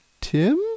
tim